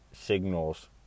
signals